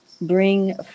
bring